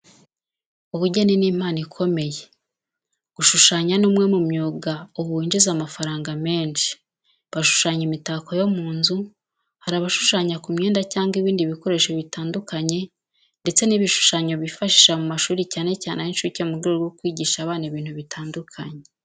Ubugeni ni impano ikomeye. Gushushanya ni umwe mu myuga ubu winjiza amafaranga menshi. Bashushanya imitako yo mu nzu, hari abashushanya ku myenda cyangwa ibindi bikoresho bitandukanye ndetse hari n'ibishushanyo bifashisha mu mashuri cyane cyane ay'incuke mu rwego rwo kwigisha abana ibintu bitandukanye.